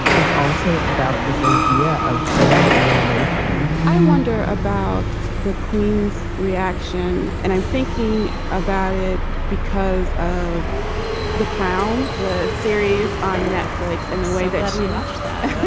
is also about this idea of family alienation i wonder about the queen's reaction. and i'm thinking about it because of the crown, the series on netflix and the way that we watch that.